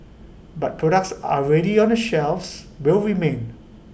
but products already on the shelves will remain